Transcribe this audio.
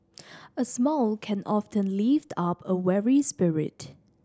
a smile can often lift up a weary spirit